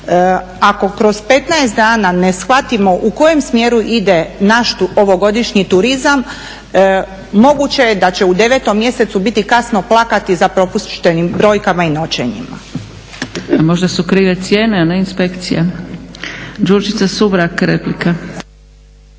Ako kroz 15 dana ne shvatimo u kojem smjeru ide naš ovogodišnji turizam moguće je da će u 9 mjesecu biti kasno plakati za propuštenim brojkama i noćenjima.